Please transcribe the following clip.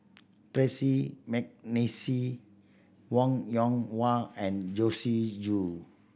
Percy McNeice Wong Yoon Wah and Joyce Jue